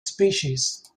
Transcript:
species